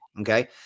okay